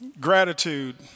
Gratitude